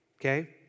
okay